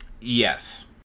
yes